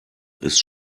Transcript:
ist